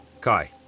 Kai